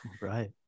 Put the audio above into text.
right